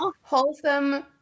wholesome